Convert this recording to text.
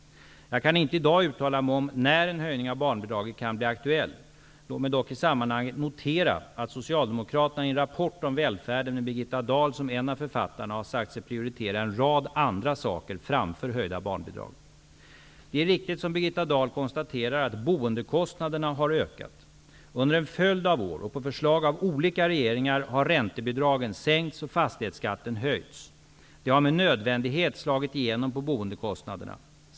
Jag kan inte i dag uttala mig om när en höjning av barnbidraget kan bli aktuell. Låt mig dock i sammanhanget notera att Socialdemokraterna i en rapport om välfärden med Birgitta Dahl som en av författarna har sagt sig prioritera en rad andra saker framför höjda barnbidrag. Det är riktigt som Birgitta Dahl konstaterar att boendekostnaderna har ökat. Under en följd av år, och på förslag av olika regeringar, har räntebidragen sänkts och fastighetsskatten höjts. Det har med nödvändighet slagit igenom på boendekostnaderna.